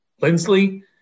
Lindsley